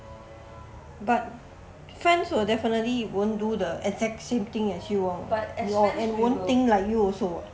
but friends will definitely won't do the exact same thing as you [what] your won't think like you also